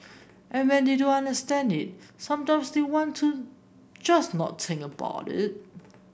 and when they don't understand it sometimes they want to just not think about it